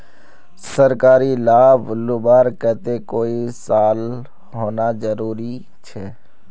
सरकारी लाभ लुबार केते कई साल होना जरूरी छे?